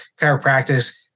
chiropractic